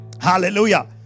Hallelujah